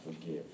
forgive